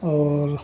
और